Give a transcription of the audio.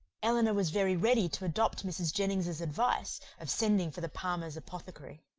elinor was very ready to adopt mrs. jennings's advice, of sending for the palmers' apothecary.